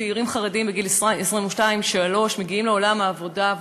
צעירים חרדים בגיל 22 23 מגיעים לעולם העבודה,